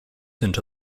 into